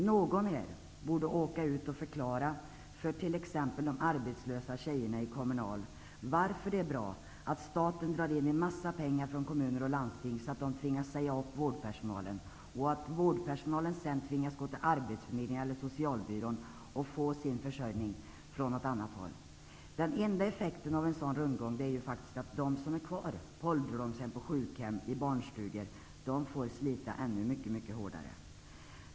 Någon här borde åka ut och förklara för t.ex. de arbetslösa tjejerna i Kommunalarbetareförbundet varför det är bra att staten drar in en massa pengar från kommuner och landsting så att dessa tvingas säga upp vårdpersonalen, och vårdpersonalen sedan tvingas gå till arbetsförmedlingen eller socialbyrån och få sin försörjning från något annat håll. Den enda effekten av en sådan rundgång är att de som är kvar på ålderdomshem, på sjukhem och i barnstugor får slita ännu mycket hårdare.